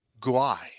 guai